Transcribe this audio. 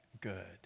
good